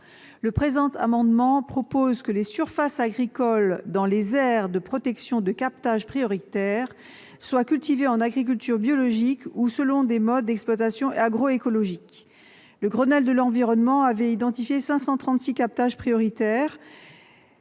Le présent amendement vise à ce que les surfaces agricoles, dans les aires de protection de captage prioritaires, soient cultivées en agriculture biologique ou selon des modes d'exploitation agroécologiques. Le Grenelle de l'environnement avait identifié, sur le fondement